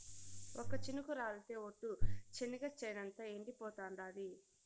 ఒక్క చినుకు రాలితె ఒట్టు, చెనిగ చేనంతా ఎండిపోతాండాది